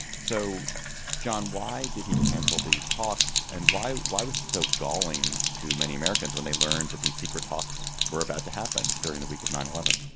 so john why did he cancel these talks and why why was it so galling to many americans when they learned that these secret talks were about to happen during the week of nine zero and